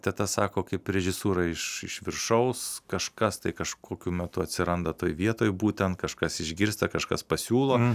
teta sako kaip režisūra iš iš viršaus kažkas tai kažkokiu metu atsiranda toj vietoj būtent kažkas išgirsta kažkas pasiūlo